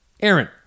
Aaron